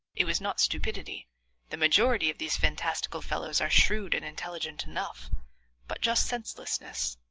it was not stupidity the majority of these fantastical fellows are shrewd and intelligent enough but just senselessness,